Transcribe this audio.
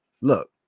look